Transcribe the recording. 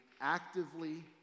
actively